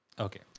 Okay